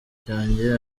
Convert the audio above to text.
cyanjye